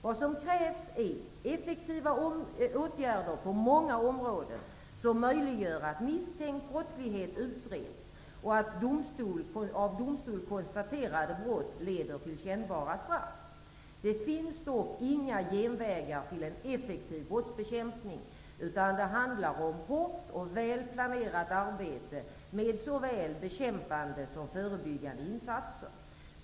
Vad som krävs är effektiva åtgärder på många områden, som möjliggör att misstänkt brottslighet utreds och att av domstol konstaterade brott leder till kännbara straff. Det finns dock inga genvägar till en effektiv brottsbekämpning, utan det handlar om hårt och väl planerat arbete med såväl bekämpande som förebyggande insatser.